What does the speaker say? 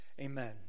Amen